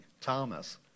Thomas